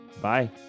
Bye